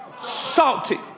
salty